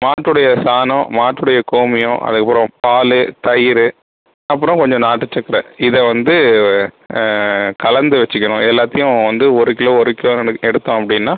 மாட்டுடைய சாணம் மாட்டுடைய கோமியம் அதுக்கப்புறம் பால் தயிர் அப்புறம் கொஞ்சம் நாட்டுச் சக்கரை இதை வந்து கலந்து வச்சிக்கணும் எல்லாத்தையும் வந்து ஒரு கிலோ ஒரு கிலோ கணக் எடுத்தோம் அப்படின்னா